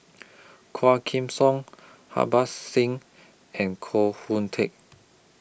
Quah Kim Song Harbans Singh and Koh Hoon Teck